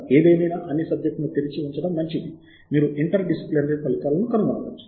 ఏదేమైనా అన్ని సబ్జెక్టులను తెరిచి ఉంచడం మంచిది మీరు ఇంటర్ డిసిప్లినరీ ఫలితాలను కనుగొనవచ్చు